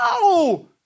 No